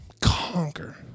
Conquer